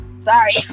Sorry